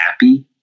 happy